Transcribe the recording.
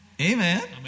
Amen